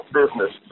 business